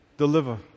Deliver